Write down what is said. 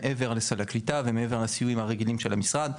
מעבר לסל הקליטה ומעבר הסיוע הרגיל של המשרד,